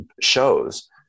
shows